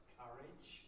courage